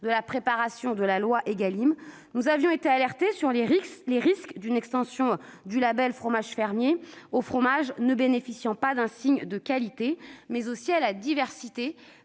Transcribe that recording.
de l'examen de la loi Égalim, nous avions été alertés sur les risques d'une extension du label « fromage fermier » aux fromages ne bénéficiant pas d'un signe de qualité, mais aussi sur la diversité